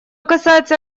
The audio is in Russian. касается